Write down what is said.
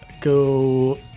Go